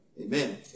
Amen